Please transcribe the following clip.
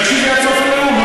אז תקשיבי עד סוף הנאום,